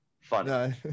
funny